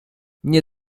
nie